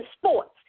sports